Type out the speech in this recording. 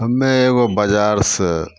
हमे एगो बजारसे